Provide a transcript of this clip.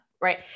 right